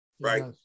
right